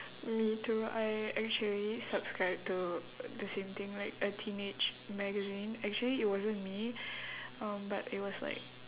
me too I actually subscribe to the same thing like a teenage magazine actually it wasn't me um but it was like